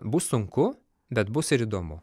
bus sunku bet bus ir įdomu